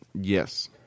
yes